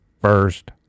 first